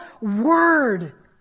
word